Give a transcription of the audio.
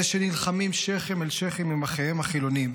אלה שנלחמים שכם אל שכם עם אחיהם החילונים,